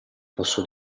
posso